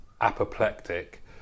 apoplectic